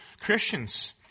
Christians